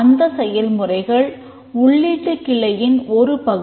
அந்த செயல்முறைகள் உள்ளீட்டுக் கிளையின் ஒரு பகுதி